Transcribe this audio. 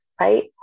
right